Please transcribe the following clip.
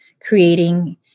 creating